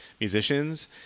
musicians